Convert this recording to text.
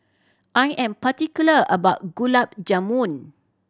I am particular about Gulab Jamun